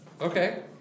Okay